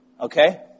Okay